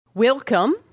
Welcome